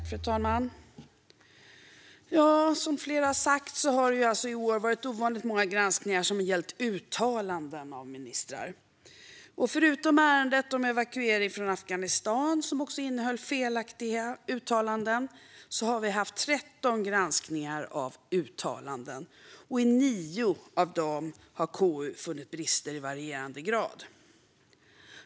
Fru talman! Som flera har sagt har ovanligt många granskningar i år gällt uttalanden av ministrar. Förutom ärendet om evakuering från Afghanistan, som också innehöll felaktiga uttalanden, har vi haft 13 granskningar av uttalanden. I 9 av dem har KU funnit brister i varierande grad.